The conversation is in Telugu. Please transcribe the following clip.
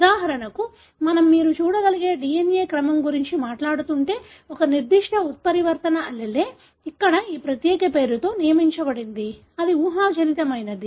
ఉదాహరణకు మనము మీరు చూడగలిగే DNA క్రమం గురించి మాట్లాడుతుంటే ఒక నిర్దిష్ట ఉత్పరివర్తన allele ఇక్కడ ఈ ప్రత్యేక పేరుతో నియమించబడింది అది ఊహాజనిత మైనది